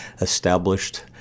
established